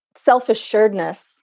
self-assuredness